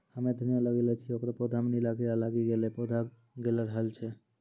हम्मे धनिया लगैलो छियै ओकर पौधा मे नीला कीड़ा लागी गैलै पौधा गैलरहल छै?